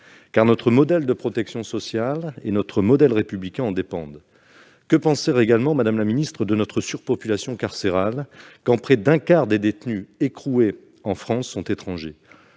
car notre modèle de protection sociale et notre modèle républicain en dépendent. Que penser également de notre surpopulation carcérale, quand près d'un quart des détenus écroués en France est étranger ?